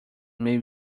may